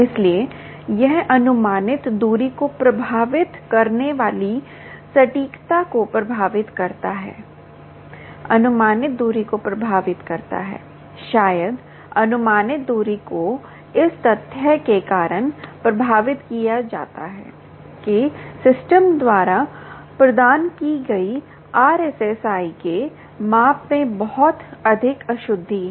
इसलिए यह अनुमानित दूरी को प्रभावित करने वाली सटीकता को प्रभावित करता है अनुमानित दूरी को प्रभावित करता है शायद अनुमानित दूरी को इस तथ्य के कारण प्रभावित किया जाता है कि सिस्टम द्वारा प्रदान की गई आरएसएसआई के माप में बहुत अधिक अशुद्धि है